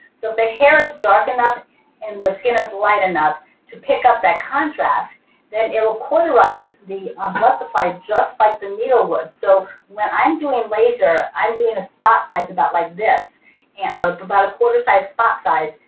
so if the hair is dark enough and your skin is light enough to pick up that contrast then it will cauterize the um blood supply just like the needle would. so when i'm doing laser i'm doing a spot size about like this and, um about a quarter size spot size,